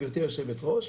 גברתי היו"ר,